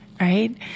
right